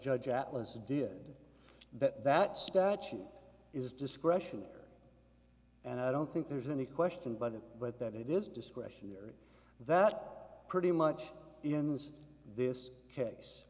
judge atlas did bet that statute is discretionary and i don't think there's any question but it but that it is discretionary that pretty much in this case